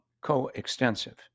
co-extensive